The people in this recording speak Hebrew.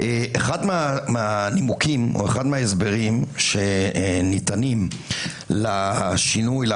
אחד מההסברים שניתנים לשינוי,